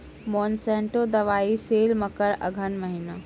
Monsanto दवाई sale मकर अघन महीना,